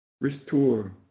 restore